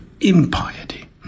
impiety